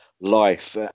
life